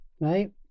right